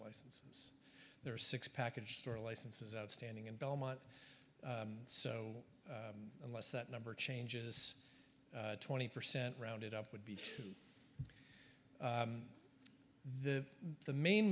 licenses there are six package store licenses outstanding in belmont so unless that number changes twenty percent rounded up would be the the main